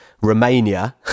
Romania